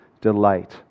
delight